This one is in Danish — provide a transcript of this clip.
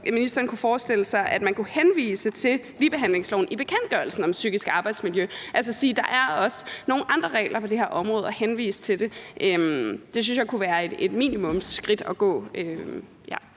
ministeren ikke kan forestille sig, at man som minimum kunne henvise til ligebehandlingsloven i bekendtgørelsen om psykisk arbejdsmiljø, altså sige, at der også er nogle andre regler på det her område og henvise til det. Det synes jeg kunne være et minimumsskridt at gå.